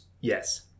yes